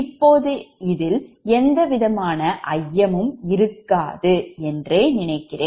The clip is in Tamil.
இப்போது இதில் எந்தவிதமான ஐயமும் இருக்காது என்றே எண்ணுகிறேன்